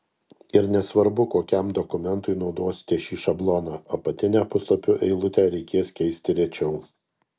ir nesvarbu kokiam dokumentui naudosite šį šabloną apatinę puslapio eilutę reikės keisti rečiau